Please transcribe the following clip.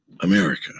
America